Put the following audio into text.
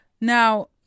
Now